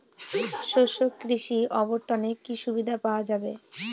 শস্য কৃষি অবর্তনে কি সুবিধা পাওয়া যাবে?